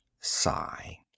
sigh